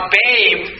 babe